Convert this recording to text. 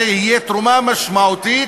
זו תהיה תרומה משמעותית